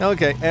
Okay